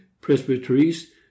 presbyteries